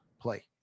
play